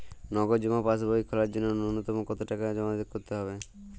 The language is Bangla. নগদ জমা পাসবই খোলার জন্য নূন্যতম কতো টাকা জমা করতে হবে?